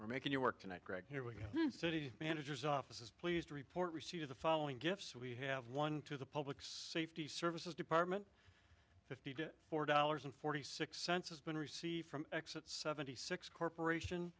we're making you work tonight greg here with city managers office is pleased to report receipt of the following gifts we have won to the public safety services department fifty four dollars and forty six cents has been received from exit seventy six corporation